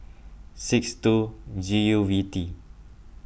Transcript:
six two G U V T